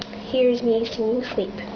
here's me singing sleep.